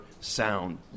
sound